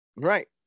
Right